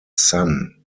son